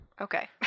Okay